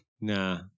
nah